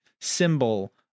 symbol